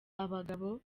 abagabo